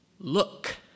look